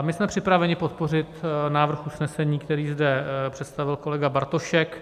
My jsme připraveni podpořit návrh usnesení, který zde představil kolega Bartošek.